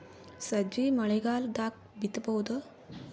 ಸಜ್ಜಿ ಮಳಿಗಾಲ್ ದಾಗ್ ಬಿತಬೋದ?